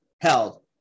held